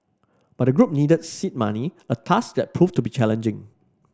but the group needed seed money a task that proved to be challenging